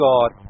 God